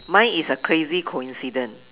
mine is a crazy coincidence